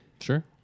Sure